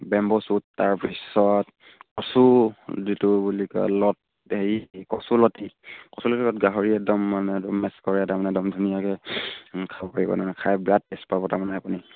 bamboo shoot তাৰপিছত কচু যিটো বুলি কয় লত হেৰি কচুুলতি কচুলতি লগত গাহৰি একদম মানে একদম মেচ কৰে তাৰমানে একদম ধুনীয়াকৈ খাব পাৰিব তাৰমানে খাই বিৰাট টেষ্ট পাব তাৰমানে আপুনি